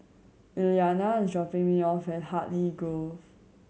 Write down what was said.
Iliana is dropping me off at Hartley Grove